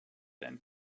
than